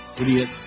Idiot